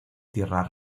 tierra